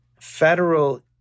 federal